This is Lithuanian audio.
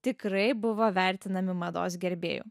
tikrai buvo vertinami mados gerbėjų